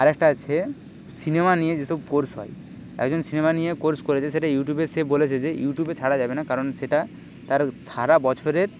আরেকটা আছে সিনেমা নিয়ে যেসব কোর্স হয় একজন সিনেমা নিয়ে কোর্স করেছে সেটা ইউটিউবে সে বলেছে যে ইউটিউবে ছাড়া যাবে না কারণ সেটা তার সারা বছরের